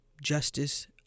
justice